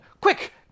quick